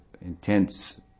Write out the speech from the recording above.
intense